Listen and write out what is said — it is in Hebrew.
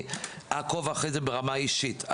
אעקוב אחרי זה ברמה האישית.